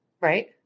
Right